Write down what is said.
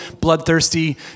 bloodthirsty